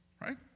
Right